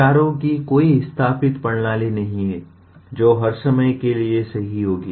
विचारों की कोई स्थापित प्रणाली नहीं है जो हर समय के लिए सही होगी